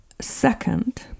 Second